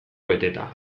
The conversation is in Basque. beteta